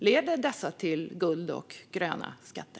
Leder dessa till guld och gröna skatter?